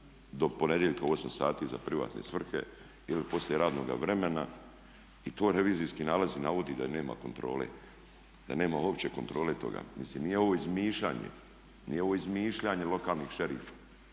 do ponedjeljka u 8 sati za privatne svrhe ili poslije radnoga vremena i to revizijski nalaz i navodi da nema kontrole, da nema uopće kontrole toga. Mislim nije ovo izmišljanje lokalnih šerifa